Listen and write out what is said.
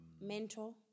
Mentor